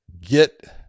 get